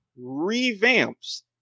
revamps